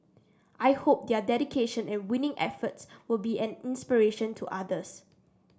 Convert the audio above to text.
I hope their dedication and winning efforts will be an inspiration to others